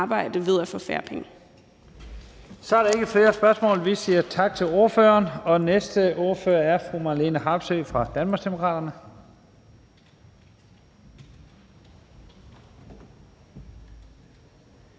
(Leif Lahn Jensen): Så er der ikke flere spørgsmål. Vi siger tak til ordføreren. Den næste ordfører er fru Marlene Harpsøe fra Danmarksdemokraterne.